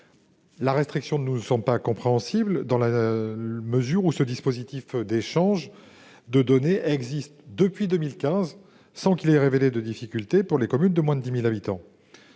restriction est assez peu compréhensible dans la mesure où ce dispositif d'échange de données existe depuis 2015, sans qu'il ait été révélé de difficultés pour les communes de moins de 10 000 habitants.